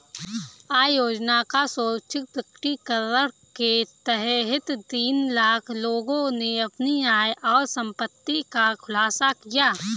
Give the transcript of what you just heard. आय योजना का स्वैच्छिक प्रकटीकरण के तहत तीन लाख लोगों ने अपनी आय और संपत्ति का खुलासा किया